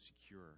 secure